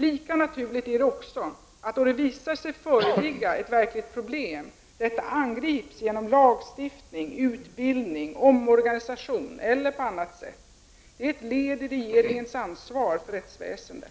Lika naturligt är det också att, då det visar sig föreligga ett verkligt problem, detta angrips genom lagstiftning, utbildning, omorganisation eller på annat sätt. Det är ett led i regeringens ansvar för rättsväsendet.